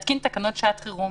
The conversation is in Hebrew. להתקין תקנות שעת חירום